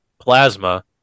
plasma